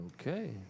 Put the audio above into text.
Okay